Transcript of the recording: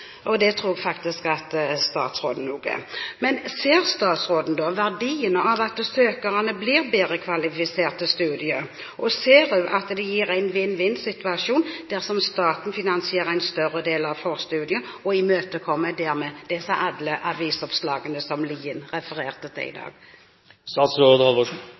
Det tror jeg faktisk statsråden er enig i. Men ser statsråden verdien av at søkerne blir bedre kvalifisert til studiene, og ser hun at det gir en vinn-vinn-situasjon dersom staten finansierer en større del av forstudiet og dermed imøtekommer